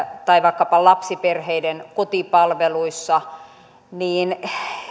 tai vaikkapa lapsiperheiden kotipalveluissa niin